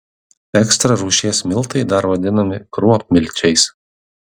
ekstra rūšies miltai dar vadinami kruopmilčiais